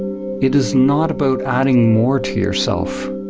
it is not about adding more to yourself.